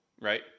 right